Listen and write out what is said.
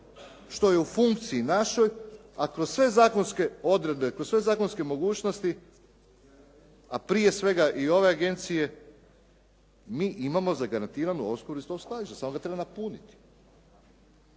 što je u funkciji našoj, a kroz sve zakonske odredbe, kroz sve zakonske mogućnosti, a prije svega i ove agencije mi imamo zagarantirano … /Govornik se ne razumije./ … skladište, samo ga treba napuniti.